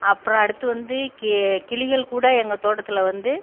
அப்புறம் அடுத்து வந்து கிளிகள் கூட எங்கள் தோட்டத்தில் வந்து